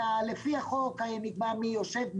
לפי החוק נקבע מי יושב בה,